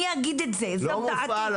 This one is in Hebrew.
אני אגיד את זה --- לא מופעל,